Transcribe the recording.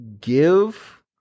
give